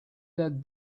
that